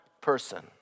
person